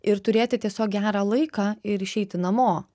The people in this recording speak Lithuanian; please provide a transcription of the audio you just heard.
ir turėti tiesiog gerą laiką ir išeiti namo